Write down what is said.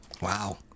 Wow